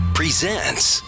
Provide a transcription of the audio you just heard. presents